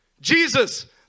Jesus